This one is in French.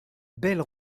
belle